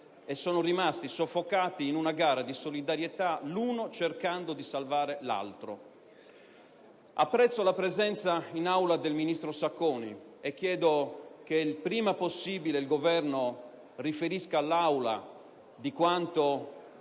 sono rimasti soffocati, in una gara di solidarietà, l'uno cercando di salvare l'altro. Apprezzo la presenza in Aula del ministro Sacconi e chiedo che il Governo riferisca prima possibile all'Aula su quanto